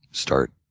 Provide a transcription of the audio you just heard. start